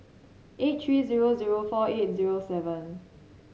eight three zero zero four eight zero seven